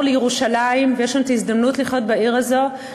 לירושלים ויש לנו הזדמנות לחיות בעיר הזאת,